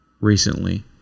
recently